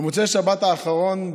במוצאי שבת האחרון,